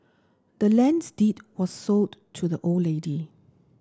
the land's deed was sold to the old lady